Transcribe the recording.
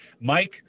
Mike